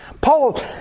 Paul